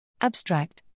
Abstract